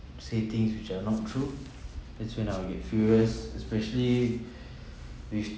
say things which are not true that's when I'll get furious especially with